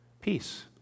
peace